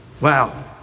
Wow